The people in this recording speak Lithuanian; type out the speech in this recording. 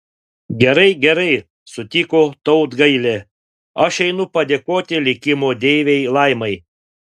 gerai gerai sutiko tautgailė aš einu padėkoti likimo deivei laimai